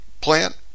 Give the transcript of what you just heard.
plant